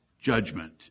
judgment